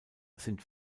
sind